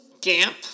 Gamp